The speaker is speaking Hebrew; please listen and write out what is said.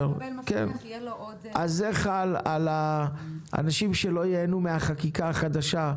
זה חל על האנשים שלא ייהנו מהחקיקה החדשה,